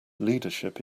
leadership